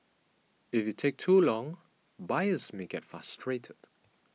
if you take too long buyers may get frustrated